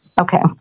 Okay